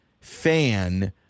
fan